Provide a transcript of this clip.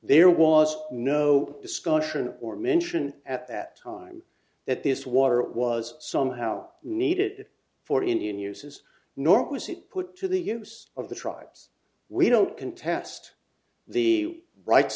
there was no discussion or mention at that time that this water was somehow needed for indian uses nor was it put to the use of the tribes we don't contest the rights